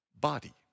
body